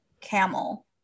camel